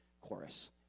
chorus